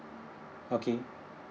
okay